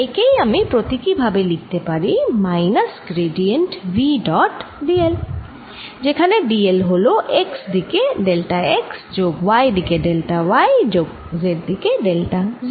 একেই আমি প্রতীকী ভাবে লিখতে পারি minus gradient v dot d l যেখানে d l হল x দিকে ডেল্টা x যোগ y দিকে ডেল্টা y যোগ z দিকে ডেল্টা z